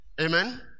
Amen